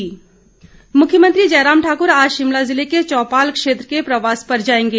मुख्यमंत्री दौरा मुख्यमंत्री जयराम ठाकुर आज शिमला ज़िले के चौपाल क्षेत्र के प्रवास पर जाएंगे